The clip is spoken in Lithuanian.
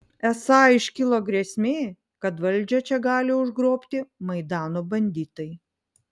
esą iškilo grėsmė kad valdžią čia gali užgrobti maidano banditai